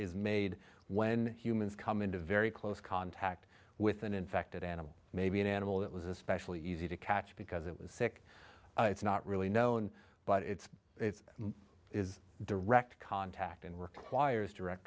is made when humans come into very close contact with an infected animal maybe an animal that was especially easy to catch because it was sick it's not really known but it's it's is direct contact and requires direct